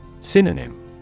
Synonym